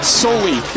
solely